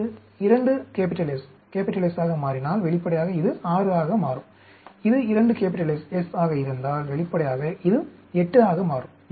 இது 2 S S ஆக மாறினால் வெளிப்படையாக இது 6 ஆக மாறும் இது 2 S S ஆக இருந்தால் வெளிப்படையாக இது 8 ஆக மாறும்